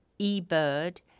E-Bird